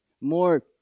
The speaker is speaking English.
more